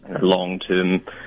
long-term